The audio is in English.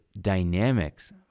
dynamics